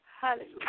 Hallelujah